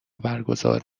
برگزار